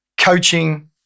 coaching